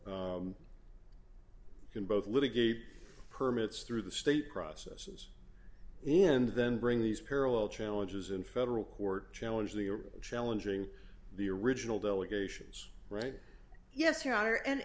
in both litigate permits through the state processes and then bring these parallel challenges in federal court challenge we're challenging the original delegations right yes your honor and